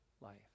life